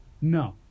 No